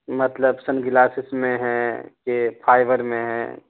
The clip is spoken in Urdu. مطلب سن گلاسس میں ہیں کہ فائیبر میں ہیں